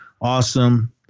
awesome